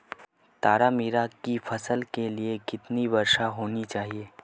तारामीरा की फसल के लिए कितनी वर्षा होनी चाहिए?